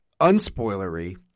unspoilery